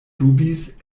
dubis